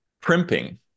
primping